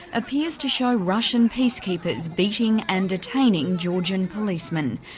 appears to show russian peacekeepers beating and detaining georgian policemen.